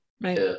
Right